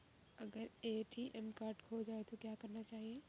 अगर ATM card खो जाए तो क्या करना चाहिए?